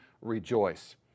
rejoice